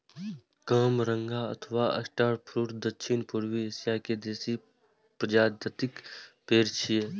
कामरंगा अथवा star fruit दक्षिण पूर्वी एशिया के देसी प्रजातिक पेड़ छियै